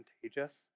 contagious